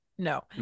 No